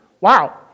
Wow